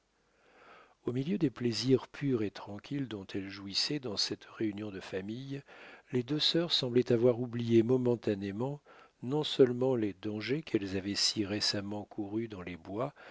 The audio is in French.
au milieu des plaisirs purs et tranquilles dont elles jouissaient dans cette réunion de famille les deux sœurs semblaient avoir oublié momentanément non seulement les dangers qu'elles avaient si récemment courus dans les bois